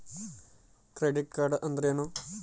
Credit card ಅಂದ್ರೇನು?